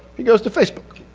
he goes to facebook.